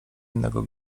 innego